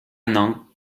nantes